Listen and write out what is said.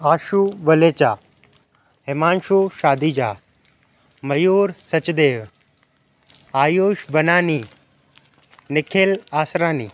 Ashu Walecha Himanshu Shadija Mayur Sachdev Ayush Banani Nikhil Asrani